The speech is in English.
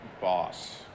boss